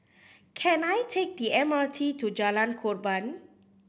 can I take the M R T to Jalan Korban